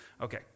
Okay